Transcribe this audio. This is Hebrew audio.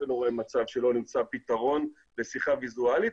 ולא רואה מצב שלא נמצא פתרון לשיחה ויזואלית.